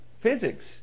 physics